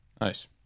nice